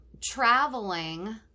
traveling